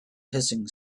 hissing